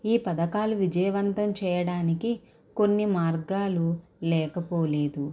ఈ పథకాలు విజయవంతం చేయడానికి కొన్ని మార్గాలు లేకపోలేదు